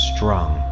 Strong